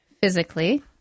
Physically